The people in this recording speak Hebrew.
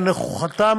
שנוכחותם